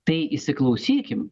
tai įsiklausykim